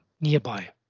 nearby